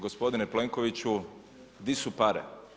Gospodine Plenkoviću di su pare?